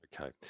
Okay